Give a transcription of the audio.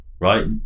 right